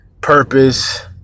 purpose